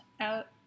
out